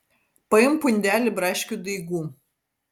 paimk pundelį braškių daigų